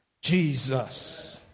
Jesus